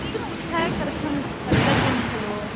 शीघ्रम् उत्थाय कर्तं कर्तव्यं खलु